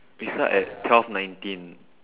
we start at twelve nineteen